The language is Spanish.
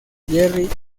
jerry